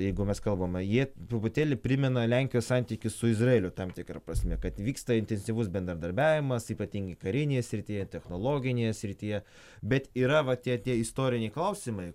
jeigu mes kalbama jie truputėlį primena lenkijos santykius su izraeliu tam tikra prasme kad vyksta intensyvus bendradarbiavimas ypatingai karinėje srityje technologinėje srityje bet yra va tie tie istoriniai klausimai